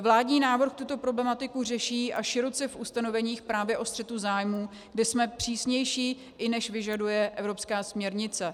Vládní návrh tuto problematiku řeší, a široce, v ustanoveních právě o střetu zájmů, kde jsme přísnější, i než vyžaduje evropská směrnice.